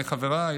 לחבריי,